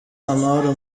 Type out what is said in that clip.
amahoro